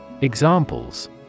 Examples